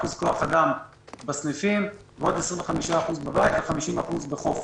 כוח אדם בסניפים ועוד 25% בבית ו-50% בחופש.